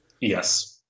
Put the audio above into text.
Yes